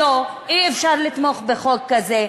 שלא, שאי-אפשר לתמוך בחוק כזה.